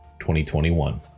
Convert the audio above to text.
2021